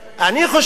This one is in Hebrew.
אני חושב,